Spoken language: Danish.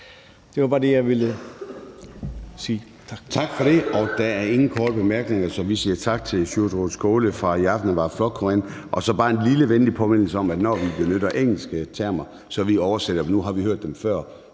Det var bare det, jeg ville sige.